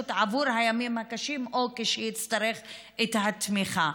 עבור הימים הקשים או כשיצטרך את התמיכה,